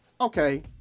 okay